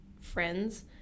friends